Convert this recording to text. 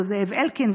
או זאב אלקין.